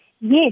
Yes